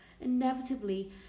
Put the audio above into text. inevitably